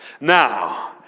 Now